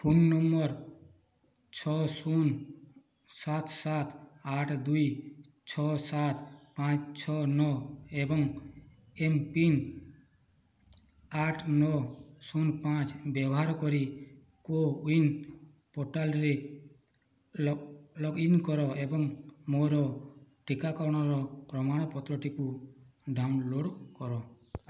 phone number ଛଅ ଶୂନ ସାତ ସାତ ଆଠ ଦୁଇ ଛଅ ସାତ ପାଞ୍ଚ ଛଅ ନଅ ଏବଂ ଏମ୍ ପିନ୍ ଆଠ ନଅ ଶୂନ ପାଞ୍ଚ ବ୍ୟବହାର କରି କୋୱିନ୍ ପୋର୍ଟାଲ୍ରେ ଲଗ୍ ଇନ୍ କର ଏବଂ ମୋର ଟିକାକରଣର ପ୍ରମାଣପତ୍ରଟିକୁ ଡାଉନଲୋଡ଼୍ କର